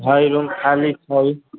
हँ रूम खाली छै